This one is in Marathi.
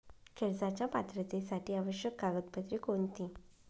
कर्जाच्या पात्रतेसाठी आवश्यक कागदपत्रे कोणती?